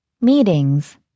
Meetings